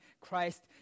Christ